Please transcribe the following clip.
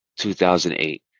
2008